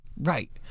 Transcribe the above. Right